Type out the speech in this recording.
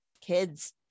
kids